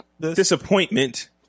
disappointment